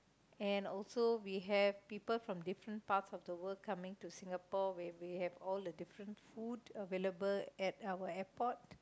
and also we have people from different parts of the world coming to Singapore where we have all the different food available at our airport